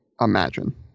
Imagine